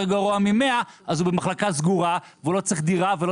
גרוע מ-100 אז הוא במחלקה סגורה והוא לא צריך דירה והוא